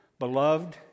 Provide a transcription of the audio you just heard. beloved